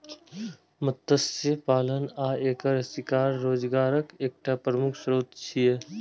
मत्स्य पालन आ एकर शिकार रोजगारक एकटा प्रमुख स्रोत छियै